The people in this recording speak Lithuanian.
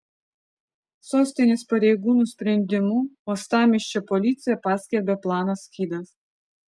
sostinės pareigūnų sprendimu uostamiesčio policija paskelbė planą skydas